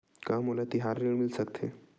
का मोला तिहार ऋण मिल सकथे?